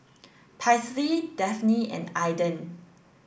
Paisley Dafne and Aiden